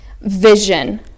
vision